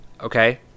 Okay